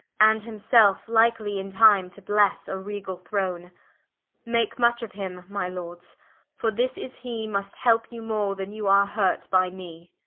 and himselfe likely in time to blesse a regall throne make much of him, my lords for this is hee must helpe you more, then you are hurt by mee.